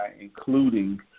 including